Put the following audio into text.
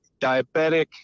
diabetic